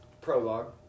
prologue